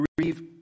grieve